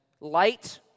light